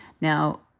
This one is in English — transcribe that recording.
Now